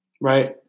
right